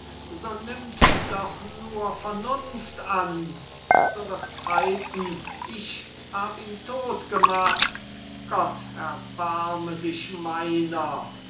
so nimmt doch nur vernunft an so wirds heissen ich hab ihn todt gemacht gott erbarme sich meiner